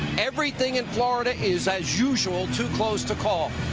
everything in florida is as usual too close to call.